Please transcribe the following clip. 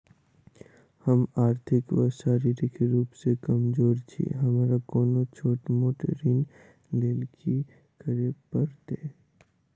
हम आर्थिक व शारीरिक रूप सँ कमजोर छी हमरा कोनों छोट मोट ऋण लैल की करै पड़तै?